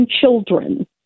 children